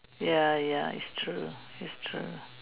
ya ya it's true it's true